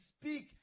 speak